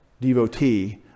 devotee